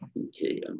okay